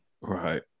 Right